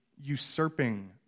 usurping